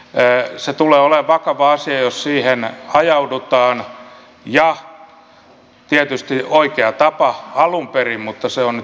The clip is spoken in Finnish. se tulee olemaan vakava asia jos siihen ajaudutaan ja tietysti oikea tapa alun perin mutta se on nyt jälkiviisautta